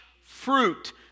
fruit